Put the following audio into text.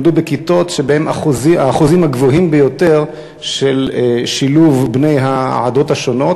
למדו בכיתות שבהן האחוזים הגבוהים ביותר של שילוב בני העדות השונות.